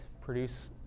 produce